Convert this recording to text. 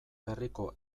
berriko